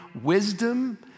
wisdom